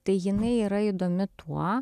tai jinai yra įdomi tuo